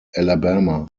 alabama